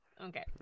Okay